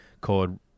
called